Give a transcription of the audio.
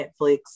Netflix